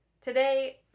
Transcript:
Today